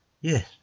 Yes